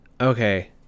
okay